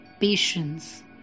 patience